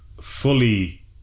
fully